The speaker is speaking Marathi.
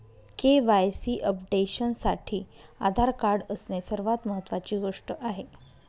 के.वाई.सी अपडेशनसाठी आधार कार्ड असणे सर्वात महत्वाची गोष्ट आहे